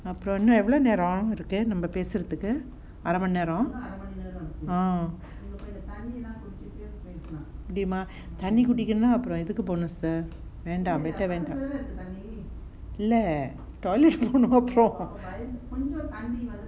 இன்னும் எவ்ளோ நேரம் இருக்கு நம்ப பேசறதுக்கு அரைமணி நேரம்:innum evlo neram irukku namba pesrathukku araimani neram irukku uh முடியுமா பின்னா நான் இதுக்கு போனும் இல்ல வேண்டாம்:mudiyuma pinna naan ithukku poganum illa vendaam bonus இல்ல:illa toilet கு போகணும் அப்புறம்:ku poganum apram